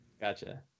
Gotcha